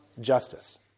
justice